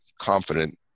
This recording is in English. confident